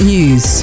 News